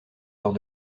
lors